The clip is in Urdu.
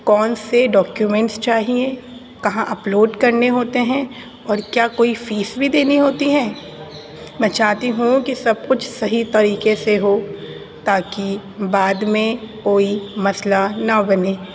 کون سے ڈاکومینٹس چاہئیں کہاں اپلوڈ کرنے ہوتے ہیں اور کیا کوئی فیس بھی دینی ہوتی ہیں میں چاہتی ہوں کہ سب کچھ صحیح طریقے سے ہو تاکہ بعد میں کوئی مسئلہ نہ بنے